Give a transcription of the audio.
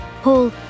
Paul